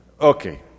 Okay